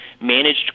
managed